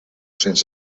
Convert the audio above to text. cents